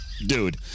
Dude